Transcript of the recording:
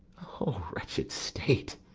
o wretched state!